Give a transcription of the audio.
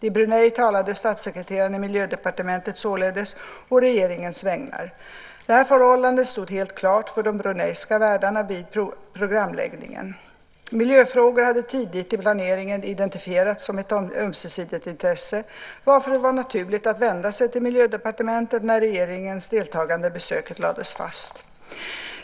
I Brunei talade statssekreteraren i Miljödepartementet således å regeringens vägnar. Detta förhållande stod helt klart för de bruneiska värdarna vid programläggningen. Miljöfrågor hade tidigt i planeringen identifierats som ett ömsesidigt intresse, varför det var naturligt att vända sig till Miljödepartementet när regeringens deltagande i besöket lades fast.